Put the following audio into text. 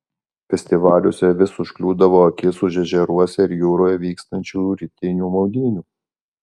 festivaliuose vis užkliūdavo akis už ežeruose ir jūroje vykstančių rytinių maudynių